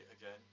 again